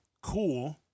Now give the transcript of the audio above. cool